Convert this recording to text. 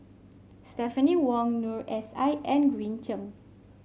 Stephanie Wong Noor S I and Green Zeng